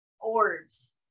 orbs